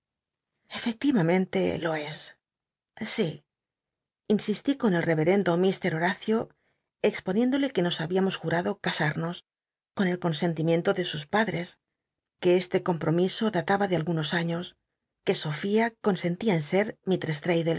efectivamente lo cs si insistí con el cvcrcndo th llomcio exponiéndole c uc nos habíamos jurado casa rnos con el consentimiento de sus biblioteca nacional de españa da vid coppehfield padres que este comprom iso d lnba de algunos años que sofia consentía en ser